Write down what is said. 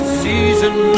season